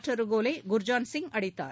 மற்றொரு கோலை குர்ஜாண்ட் சிங் அடித்தார்